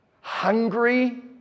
hungry